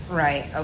right